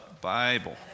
Bible